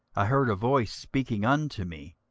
i heard a voice speaking unto me,